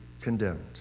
condemned